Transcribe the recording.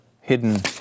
hidden